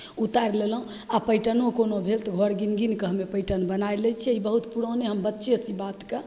उतारि लेलहुँ आओर पैटर्नो कोनो भेल तऽ घर गिन गिनके हमे पैटर्न बनै लै छिए ई बहुत पुराने बच्चेसे ई बातके